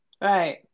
Right